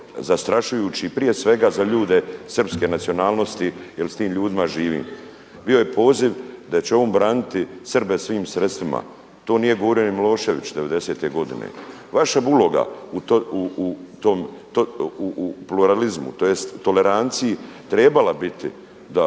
zastrašujući prije svega za ljude srpske nacionalnosti jer s tim ljudima živim. Bio je poziv da će on braniti Srbe svim sredstvima. To nije govorio ni Milošević devedesete godine. Vaša uloga u tom, u pluralizmu, tj. toleranciji trebala biti da